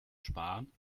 sparen